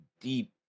deep